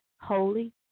holy